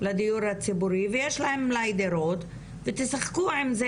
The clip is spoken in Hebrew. לדיור הציבורי ויש להם מלאי דירות ותשחקו עם זה,